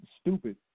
stupid